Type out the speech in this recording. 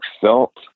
felt